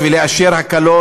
אתה הכנסת אותה.